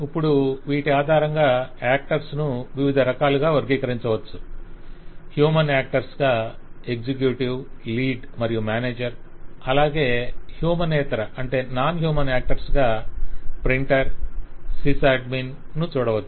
ఇప్పుడు వీటి ఆధారంగా యాక్టర్స్ ను వివిధ రకాలుగా వర్గీకరించవచ్చు హ్యూమన్ యాక్టర్స్ గా ఎగ్జిక్యూటివ్ లీడ్ మరియు మేనేజర్ అలాగే హ్యూమనేతర యాక్టర్స్ గా ప్రింటర్ సిస్ అడ్మిన్ ను చూడవచ్చు